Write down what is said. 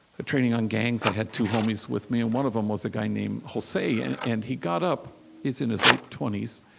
a training on gangs. i had two homies with me, and one of them was a guy named jose. and and he got up he's in his late twenty s,